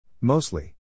Mostly